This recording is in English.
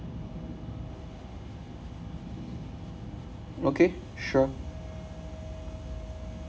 okay sure